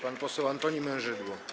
Pan poseł Antoni Mężydło.